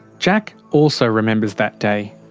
jack also remembers that day.